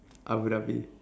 Abu Dhabi